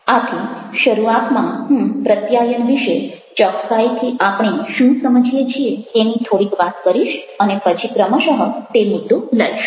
આથી શરૂઆતમાં હું પ્રત્યાયન વિશે ચોક્કસાઈથી આપણે શું સમજીએ છીએ તેની થોડીક વાત કરીશ અને પછી ક્રમશઃ તે મુદ્દો લઇશ